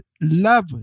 love